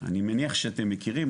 אני מניח שאתם מכירים,